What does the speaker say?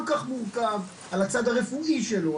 להביא משהו כל כך מורכב על הצד הרפואי שלו,